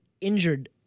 injured